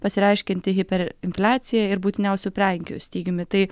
pasireiškianti hiper infliacija ir būtiniausių prekių stygiumi tai